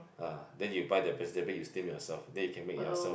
ah then you buy the vegetable you steam yourself then you can make yourself